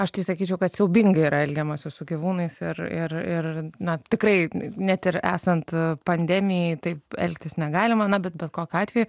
aš tai sakyčiau kad siaubingai yra elgiamasi su gyvūnais ir ir ir na tikrai net ir esant pandemijai taip elgtis negalima na bet bet kokiu atveju